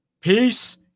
Peace